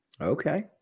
Okay